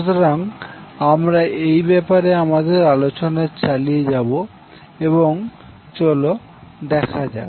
সুতরাং আমরা এই ব্যাপারে আমাদের আলোচনা চালিয়ে যাব এবং চলো দেখা যাক